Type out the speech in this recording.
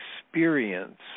experience